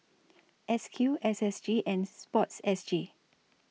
S Q S S G and Sports S G